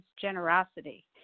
generosity